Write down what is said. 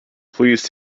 please